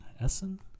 Essen